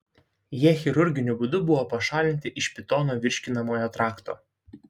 jie chirurginiu būdu buvo pašalinti iš pitono virškinamojo trakto